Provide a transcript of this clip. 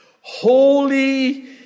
Holy